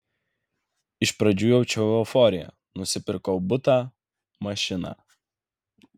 iš pradžių jaučiau euforiją nusipirkau butą mašiną